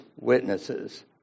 witnesses